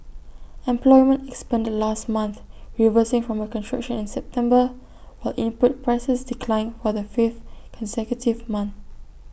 employment expanded last month reversing from A contraction in September while input prices declined for the fifth consecutive month